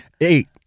Eight